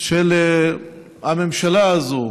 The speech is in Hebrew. של הממשלה הזאת